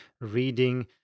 reading